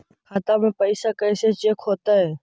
खाता में पैसा कैसे चेक हो तै?